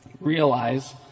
realize